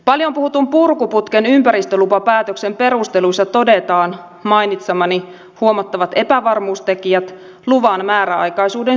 paljon puhutun purkuputken ympäristölupapäätöksen perusteluissa todetaan mainitsemani huomattavat epävarmuustekijät luvan määräaikaisuuden syyksi